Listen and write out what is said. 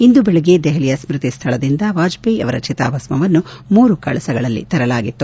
ಇಂದು ಬೆಳಗ್ಗೆ ದೆಹಲಿಯ ಸ್ತುತಿ ಸ್ಥಳದಿಂದ ವಾಜಪೇಯಿ ಅವರ ಚಿತಾಭಸ್ವನ್ನು ಮೂರು ಕಳಸಗಳಲ್ಲಿ ತರಲಾಗಿತ್ತು